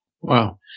Wow